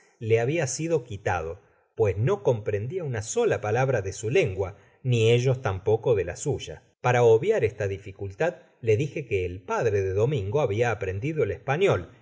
le habia sido quitado pues que no comprendia una sola palabra de su lengua ni ellos tampoco de la suya para obviar esta dificultad le dije que el padre de domingo habia aprendido el español